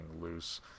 loose